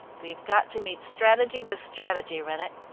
we've got to meet strategy with strategy, rennett,